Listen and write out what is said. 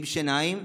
עם שיניים,